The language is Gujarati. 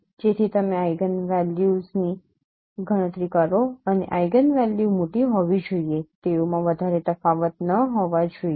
જેથી તમે આઇગનવેલ્યુઝની ગણતરી કરો અને આઇગનવેલ્યુ મોટી હોવી જોઈએ તેઓમાં વધારે તફાવત ન હોવા જોઈએ